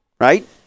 right